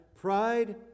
pride